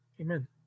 amen